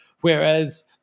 Whereas